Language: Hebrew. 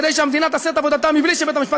כדי שהמדינה תעשה את עבודתה בלי שבית-המשפט